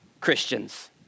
Christians